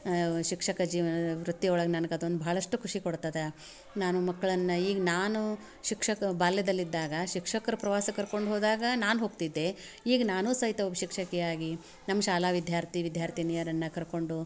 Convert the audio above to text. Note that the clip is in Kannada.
ಶಿಕ್ಷಕ ಜೀವನ ವೃತ್ತಿ ಒಳಗೆ ನನ್ಗೆ ಅದೊಂದು ಭಾಳಷ್ಟು ಖುಷಿ ಕೊಡುತ್ತದೆ ನಾನು ಮಕ್ಕಳನ್ನು ಈಗ ನಾನು ಶಿಕ್ಷಕ ಬಾಲ್ಯದಲ್ಲಿದ್ದಾಗ ಶಿಕ್ಷಕ್ರಿ ಪ್ರವಾಸಕ್ಕೆ ಕರ್ಕೊಂಡು ಹೋದಾಗ ನಾನು ಹೋಗ್ತಿದ್ದೆ ಈಗ ನಾನೂ ಸಹಿತ ಒಬ್ಬ ಶಿಕ್ಷಕಿಯಾಗಿ ನಮ್ಮ ಶಾಲಾ ವಿದ್ಯಾರ್ಥಿ ವಿದ್ಯಾರ್ಥಿನಿಯರನ್ನು ಕರ್ಕೊಂಡು